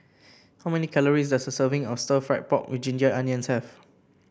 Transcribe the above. how many calories does a serving of stir fry pork with Ginger Onions have